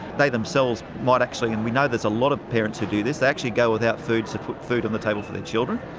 they themselves might actually, and we know there's a lot of parents who do this, they actually go without food to put food on the table for their children.